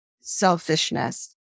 selfishness